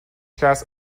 کسی